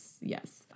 yes